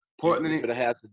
Portland